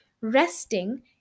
Resting